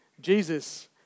Jesus